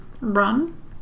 run